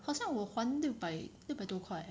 好像我还六百六百多块